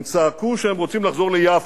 הם צעקו שהם רוצים לחזור ליפו.